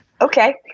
Okay